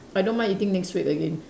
I don't mind eating next week again